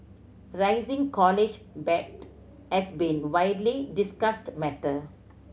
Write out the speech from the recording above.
rising college debt has been widely discussed matter